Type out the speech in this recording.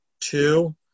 two